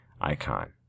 icon